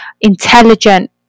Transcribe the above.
intelligent